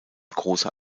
großer